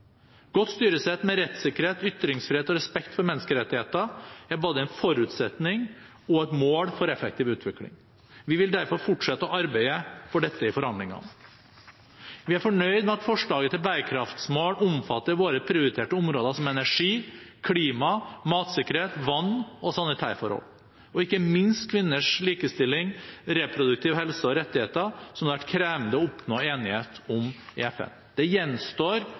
Godt styresett med rettssikkerhet, ytringsfrihet og respekt for menneskerettigheter er både en forutsetning og et mål for effektiv utvikling. Vi vil derfor fortsette å arbeide for dette i forhandlingene. Vi er fornøyd med at forslaget til bærekraftmål omfatter våre prioriterte områder som energi, klima, matsikkerhet, vann og sanitærforhold – og ikke minst kvinners likestilling, reproduktiv helse og rettigheter, som det har vært krevende å oppnå enighet om i FN. Det gjenstår